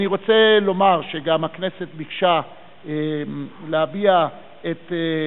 אני רוצה לומר שגם הכנסת ביקשה להביע באמת